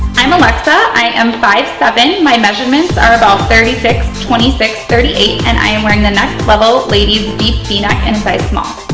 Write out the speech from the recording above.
i'm alexa. i am five-seven. my measurements are about thirty-six, twenty-six, thirty-eight and i am wearing the next level ladies deep v-neck in and size small.